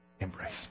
Embrace